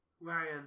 Ryan